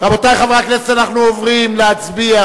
רבותי חברי הכנסת, אנחנו עוברים להצביע.